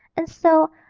and so,